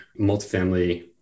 multifamily